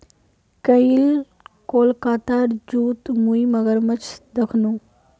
कईल कोलकातार जूत मुई मगरमच्छ दखनू